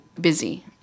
busy